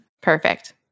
Perfect